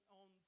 on